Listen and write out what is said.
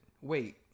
wait